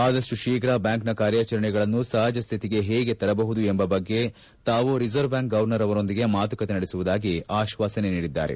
ಆದಷ್ಟು ಶೀಘ್ರ ಬ್ಲಾಂಕಿನ ಕಾರ್ಯಾಚರಣೆಗಳನ್ನು ಸಹಜ ಸ್ಲಿತಿಗೆ ಹೇಗೆ ತರಬಹುದು ಎಂಬ ಬಗ್ಗೆ ತಾವು ರಿಸರ್ವ್ ಬ್ಲಾಂಕ್ ಗರ್ವನರ್ ಅವರೊಂದಿಗೆ ಮಾತುಕತೆ ನಡೆಸುವುದಾಗಿ ಆಶ್ವಾಸನೆ ನೀಡಿದ್ದಾರೆ